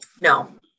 no